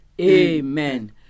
Amen